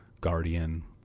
guardian